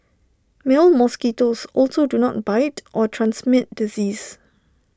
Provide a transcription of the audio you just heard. male mosquitoes also do not bite or transmit disease